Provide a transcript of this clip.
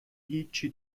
هیچی